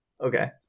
okay